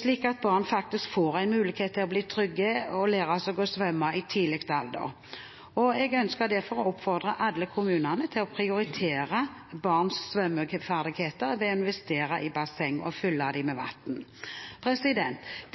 slik at barna faktisk får muligheten til å bli trygge og lære seg å svømme i ung alder. Jeg ønsker derfor å oppfordre alle kommunene til å prioritere barns svømmeferdigheter ved å investere i basseng og fylle dem med vann.